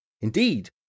Indeed